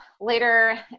later